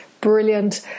brilliant